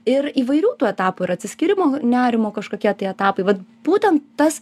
ir įvairių tų etapų ir atsiskyrimo nerimo kažkokie tai etapai vat būtent tas